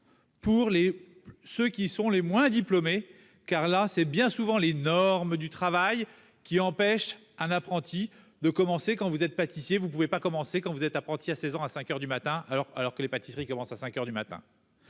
pour les ceux qui sont les moins diplômés, car là c'est bien souvent les normes du travail qui empêche un apprenti de commencer quand vous êtes pâtissier, vous ne pouvez pas commencé quand vous êtes apprenti à 16 ans, à 5 heures du matin, alors alors que les pâtisseries commence à 5 heures du matin,